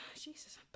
Jesus